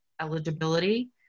eligibility